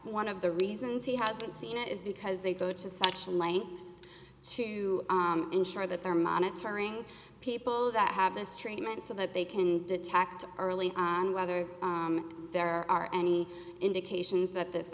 one of the reasons he hasn't seen it is because they go to such lengths to ensure that they're monitoring people that have this treatment so that they can detect early on whether there are any indications that this